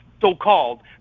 so-called